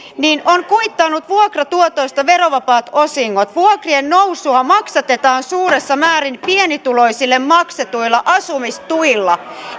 ovat kuitanneet vuokratuotoista verovapaat osingot vuokrien nousua maksatetaan suuressa määrin pienituloisille maksetuilla asumistuilla